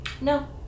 No